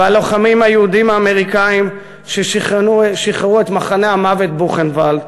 ואת הלוחמים היהודים האמריקנים ששחררו את מחנה המוות בוכנוולד,